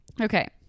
Okay